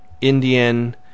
Indian